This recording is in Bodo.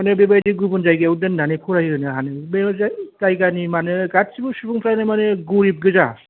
माने बेबायदि गुबुन जायगायाव दोन्नानै फरायहोनो हानो बे जायगानि माने गासिबो सुबुंफ्रानो माने गरिब गोजा